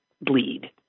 bleed